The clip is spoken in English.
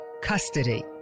custody